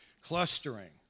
clustering